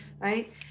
right